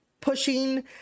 pushing